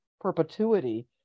perpetuity